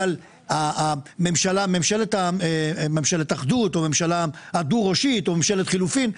אבל ממשלת אחדות או ממשלה דו-ראשית או ממשלת חילופין,